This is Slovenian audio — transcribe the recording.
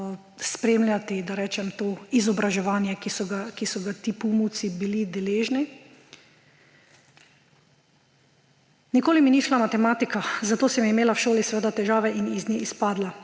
spremljati, da rečem, to izobraževanje, ki so ga ti Pumovci bili deležni. »Nikoli mi ni šla matematika, zato sem imela v šoli seveda težave in iz nje izpadla.